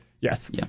Yes